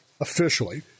officially